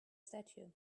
statue